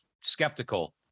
skeptical